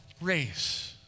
race